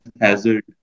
hazard